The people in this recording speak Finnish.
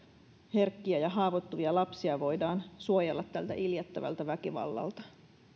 herkkiä ja haavoittuvia lapsia voidaan suojella tältä iljettävältä väkivallalta